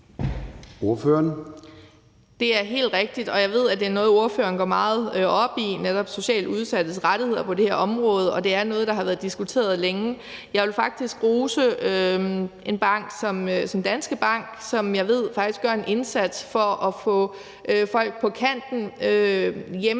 (SF): Det er helt rigtigt, og jeg ved, at det er noget, ordføreren går meget op i – netop socialt udsattes rettigheder på det her område – og det er noget, der har været diskuteret længe. Jeg vil faktisk rose en bank som Danske Bank, som jeg ved gør en indsats for at få givet folk på kanten sådan